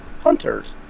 hunters